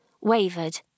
wavered